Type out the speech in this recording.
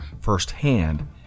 firsthand